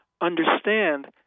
understand